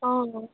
অ অ